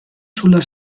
sulla